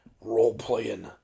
role-playing